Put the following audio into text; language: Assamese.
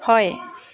হয়